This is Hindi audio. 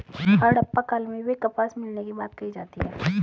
हड़प्पा काल में भी कपास मिलने की बात कही जाती है